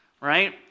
right